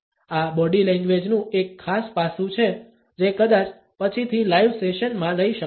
આ બોડી લેંગ્વેજનું એક ખાસ પાસું છે જે કદાચ પછીથી લાઇવ સેશન માં લઈ શકાશે